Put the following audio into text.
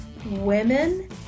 women